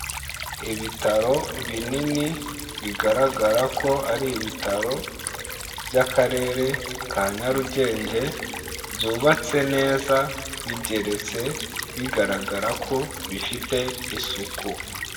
Ibitaro binini, bigaragara ko ari ibitaro by Akarere ka Nyarugenge, byubatse neza bigeretse bigaragara ko bifite isuku.